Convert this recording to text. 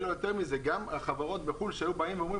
אלא יותר מזה גם החברות בחו"ל שהיו באות היינו אומרים